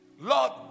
Lord